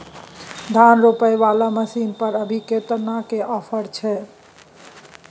धान रोपय वाला मसीन पर अभी केतना के ऑफर छै?